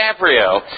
DiCaprio